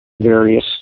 various